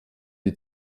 die